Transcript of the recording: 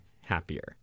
happier